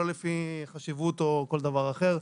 לא לפי חשיבות או כל דבר אחר.